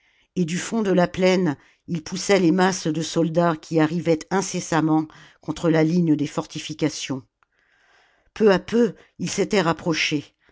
et du fond de la plaine il poussait les masses de soldats qui arrivaient incessamment contre la ligne des fortifications peu à peu il s'était rapproché